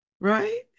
right